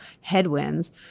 headwinds